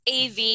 AV